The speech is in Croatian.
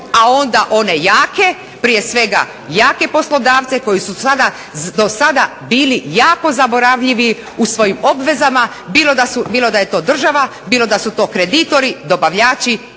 a onda one jake, prije svega jake poslodavce koji su dosada bili jako zaboravljivi u svojim obvezama bilo da je to država, bilo da su to kreditori, dobavljači